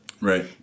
Right